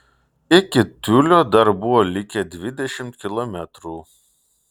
iki tiulio dar buvo likę dvidešimt kilometrų